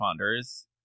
responders